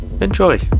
Enjoy